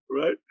right